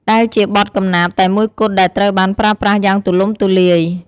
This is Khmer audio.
ដែលជាបទកំណាព្យតែមួយគត់ដែលត្រូវបានប្រើប្រាស់យ៉ាងទូលំទូលាយ។